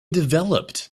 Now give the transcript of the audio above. developed